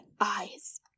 eyes